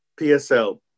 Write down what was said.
PSL